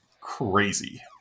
crazy